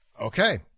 Okay